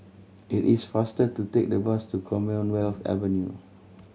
it is faster to take the bus to Commonwealth Avenue